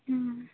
ᱦᱩᱸ